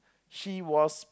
she was